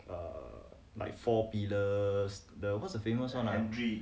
um like four pillars the what's the famous one ah